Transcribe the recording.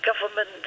government